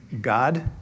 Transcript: God